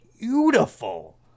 beautiful